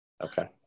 Okay